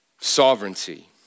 sovereignty